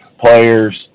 players